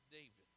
David